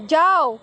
যাও